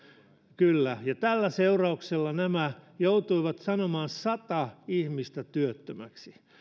kyllä tällä seurauksella nämä joutuivat sanomaan irti sata ihmistä työttömäksi